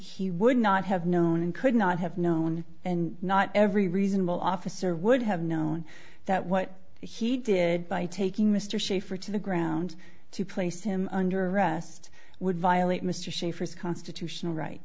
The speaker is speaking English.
he would not have known and could not have known and not every reasonable officer would have known that what he did by taking mr shafer to the ground to place him under arrest would violate mr schaffer's constitutional rights